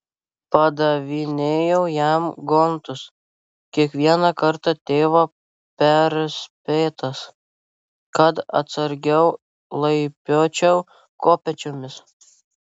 padavinėjau jam gontus kiekvieną kartą tėvo perspėtas kad atsargiau laipiočiau kopėčiomis